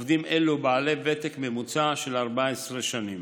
עובדים אלה בעלי ותק ממוצע של 14 שנים.